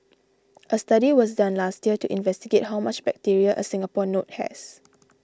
a study was done last year to investigate how much bacteria a Singapore note has